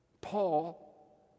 Paul